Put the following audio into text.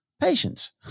patience